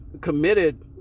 committed